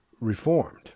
reformed